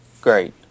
great